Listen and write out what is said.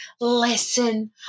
Listen